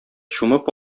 чумып